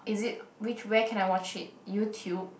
is it which where can I watch it YouTube